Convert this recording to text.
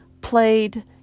played